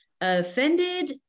offended